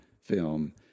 film